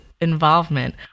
involvement